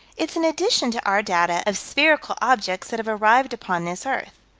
it's an addition to our data of spherical objects that have arrived upon this earth.